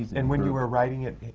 and when you were writing it,